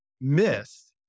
myth